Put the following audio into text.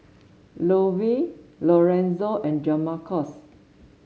Lovie Lorenzo and Jamarcus